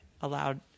allowed